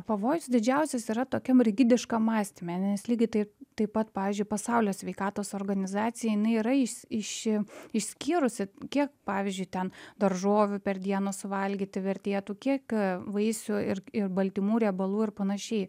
pavojus didžiausias yra tokia rigidiškam mąstyme nes lygiai taip taip pat pavyzdžiui pasaulio sveikatos organizacija jinai yra iš išskyrusi kiek pavyzdžiui ten daržovių per dieną suvalgyti vertėtų kiek vaisių ir ir baltymų riebalų ir panašiai